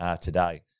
today